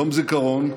יום זיכרון,